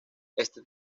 este